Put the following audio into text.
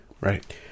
Right